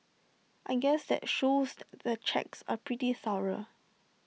I guess that shows the checks are pretty thorough